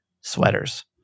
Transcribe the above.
sweaters